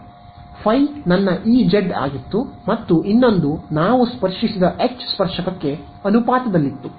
five ನನ್ನ E Z ಆಗಿತ್ತು ಮತ್ತು ಇನ್ನೊಂದು ನಾವು ಸ್ಪರ್ಶಿಸಿದ ಎಚ್ ಸ್ಪರ್ಶಕಕ್ಕೆ ಅನುಪಾತದಲ್ಲಿತ್ತು